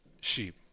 sheep